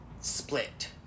split